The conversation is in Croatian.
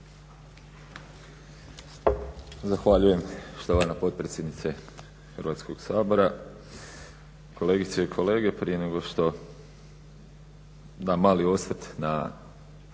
Zahvaljujem štovana potpredsjednice Hrvatskog sabora, kolegice i kolege. Prije nego što dam mali osvrt na